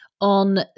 on